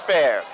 Fair